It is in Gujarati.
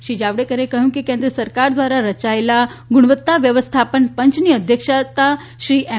શ્રી જાવડેકરે કહ્યું કે કેન્દ્ર સરકાર દ્વારા રચાયેલા ગુણવત્તા વ્યવસ્થાપન પંચની અધ્યક્ષતા શ્રી એમ